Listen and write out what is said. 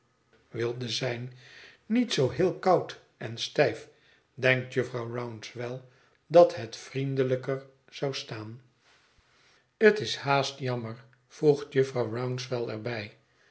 zijn niet zoo heel koud on stijf denkt jufvrouw rouncewell dat het vriendelijker zou staan het is haast jammer voegt jufvrouw rouncewell er